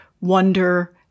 wonder